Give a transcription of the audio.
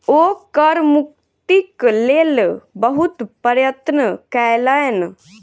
ओ कर मुक्तिक लेल बहुत प्रयत्न कयलैन